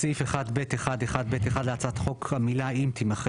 בסעיף 1(ב1)(1)(ב)(1) להצעת החוק המילה 'אם' תימחק.